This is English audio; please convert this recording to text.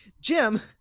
Jim